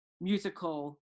musical